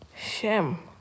Shame